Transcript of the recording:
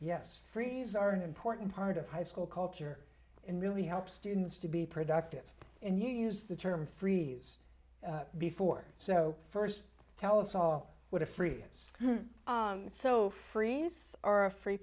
yes freeze are an important part of high school culture and really help students to be productive and you used the term freeze before so first tell us all what a free is so freeze or a free